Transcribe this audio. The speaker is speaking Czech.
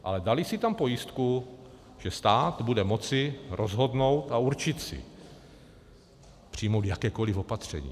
Ale dali si tam pojistku, že stát bude moci rozhodnout a určit si, přijmout jakékoli opatření.